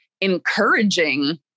encouraging